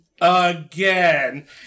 again